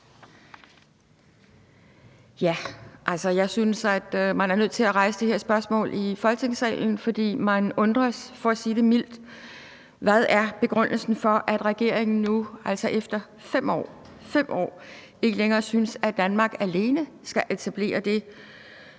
Jeg synes, man er nødt til at rejse det her spørgsmål i Folketingssalen, for man undres, for at sige det mildt. Hvad er begrundelsen for, at regeringen nu efter 5 år – 5 år – ikke længere synes, at Danmark alene skal etablere det